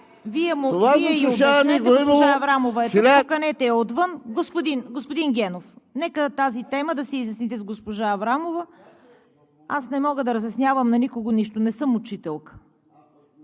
учителка на госпожа Аврамова! Поканете я отвън, господин Генов, нека тази тема да си изясните с госпожа Аврамова. Аз не мога да разяснявам на никого нищо. Не съм учителка!